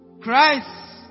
Christ